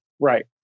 right